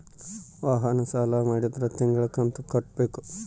ವಾಹನ ಸಾಲ ಮಾಡಿದ್ರಾ ತಿಂಗಳ ಕಂತು ಕಟ್ಬೇಕು